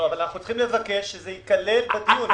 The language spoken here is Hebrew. לא, אבל אנחנו צריכים לבקש שזה ייכלל בדיון.